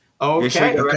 okay